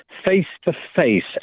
face-to-face